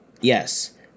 Yes